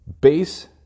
Base